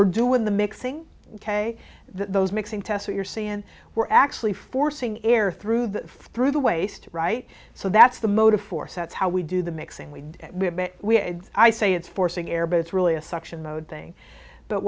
we're doing the mixing ok those mixing tests you're seeing we're actually forcing air through the through the waste right so that's the motive force that's how we do the mixing we did i say it's forcing air but it's really a suction mode thing but